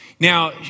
Now